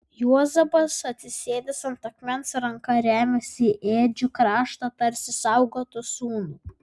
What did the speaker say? juozapas atsisėdęs ant akmens ranka remiasi į ėdžių kraštą tarsi saugotų sūnų